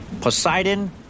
Poseidon